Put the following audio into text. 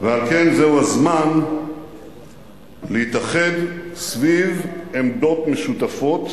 ועל כן זהו הזמן להתאחד סביב עמדות משותפות.